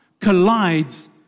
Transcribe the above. collides